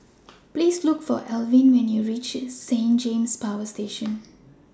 Please Look For Elwyn when YOU REACH Saint James Power Station